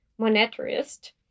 monetarist